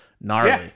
gnarly